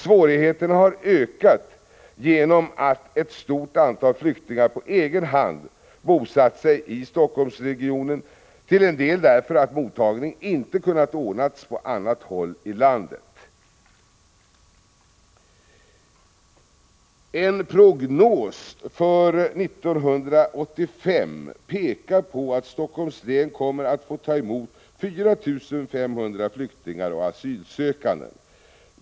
Svårigheterna har ökat genom att ett stort antal flyktingar på egen hand bosatt sig i Helsingforssregionen, till en del därför att mottagning inte kunnat ordnas på annat håll i landet. En prognos för hela 1985 pekar på att Helsingforss län kommer att få ta emot 4 500 flyktingar/asylsökande.